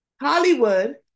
hollywood